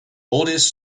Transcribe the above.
oldest